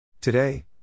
Today